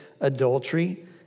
adultery